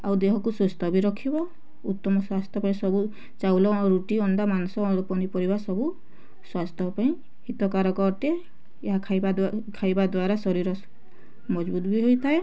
ଆଉ ଦେହକୁ ସୁସ୍ଥ ବି ରଖିବ ଉତ୍ତମ ସ୍ୱାସ୍ଥ୍ୟ ପାଇଁ ସବୁ ଚାଉଳ ରୁଟି ମାଂସ ଅଣ୍ଡା ପନିପରିବା ସବୁ ସ୍ୱାସ୍ଥ୍ୟ ପାଇଁ ହିତକାରକ ଅଟେ ଏହା ଖାଇବା ଦ୍ୱାରା ଖାଇବା ଦ୍ୱାରା ଶରୀର ମଜବୁତ ବି ହୋଇଥାଏ